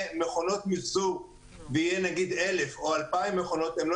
מכונות מיחזור ויהיו נגיד 1,000 או 2,000 מכונות הן לא